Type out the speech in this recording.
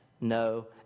no